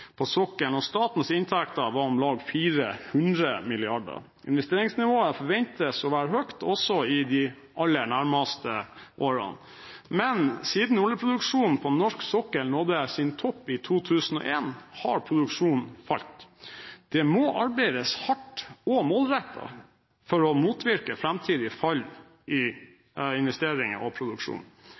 på sokkelen, og statens inntekter var om lag 400 mrd. kr. Investeringsnivået forventes å være høyt også i de aller nærmeste årene, men siden oljeproduksjonen på norsk sokkel nådde sin topp i 2001, har produksjonen falt. Det må arbeides hardt og målrettet for å motvirke framtidige fall i investeringer og produksjon.